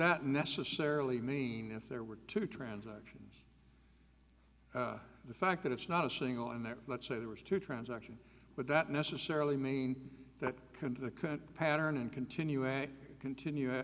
that necessarily mean if there were two transactions the fact that it's not a single in there let's say there was two transaction but that necessarily mean that the current pattern and continue